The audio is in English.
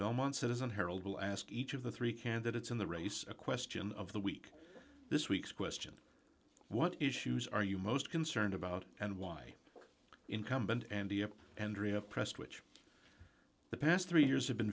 belmont citizen herald will ask each of the three candidates in the race a question of the week this week's question what issues are you most concerned about and why incumbent and the andrea prestwich the past three years have been